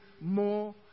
more